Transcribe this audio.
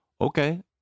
Okay